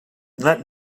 let